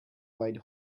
white